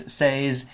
says